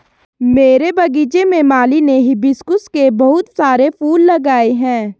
मेरे बगीचे में माली ने हिबिस्कुस के बहुत सारे फूल लगाए हैं